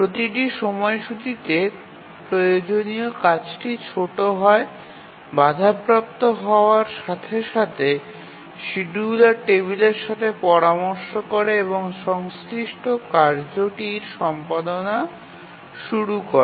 প্রতিটি সময়সূচীতে প্রয়োজনীয় কাজটি ছোট হয় বাধাপ্রাপ্ত হওয়ার সাথে সাথে শিডিয়ুলার টেবিলের সাথে পরামর্শ করে এবং সংশ্লিষ্ট কার্যটির সম্পাদন শুরু করে